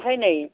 ओमफ्राय नै